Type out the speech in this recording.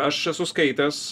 aš esu skaitęs